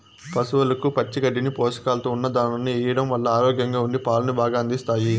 పసవులకు పచ్చి గడ్డిని, పోషకాలతో ఉన్న దానాను ఎయ్యడం వల్ల ఆరోగ్యంగా ఉండి పాలను బాగా అందిస్తాయి